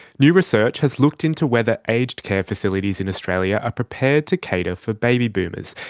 new research has looked into whether aged care facilities in australia are prepared to cater for baby boomers,